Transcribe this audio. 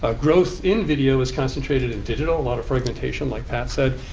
ah growth in video is concentrated in digital, a lot of fragmentation, like pat said.